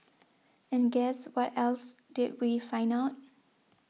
and guess what else did we find out